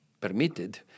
permitted